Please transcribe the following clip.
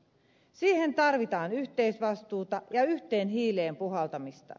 siihen tarvitaan yhteisvastuuta ja yhteen hiileen puhaltamista